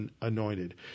anointed